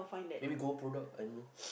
maybe gold product I don't know